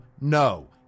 no